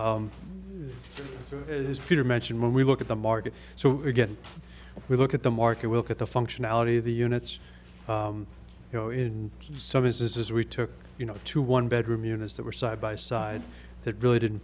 mention when we look at the market so again we look at the market will get the functionality the units you know in some businesses we took you know to one bedroom units that were side by side that really didn't